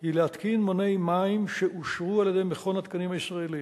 היא להתקין מוני מים שאושרו על-ידי מכון התקנים הישראלי.